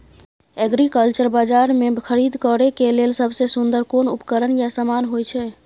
Agriculture बाजार में खरीद करे के लेल सबसे सुन्दर कोन उपकरण या समान होय छै?